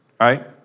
right